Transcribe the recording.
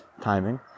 timing